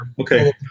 Okay